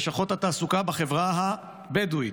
לשכות התעסוקה בחברה הבדואית,